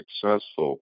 successful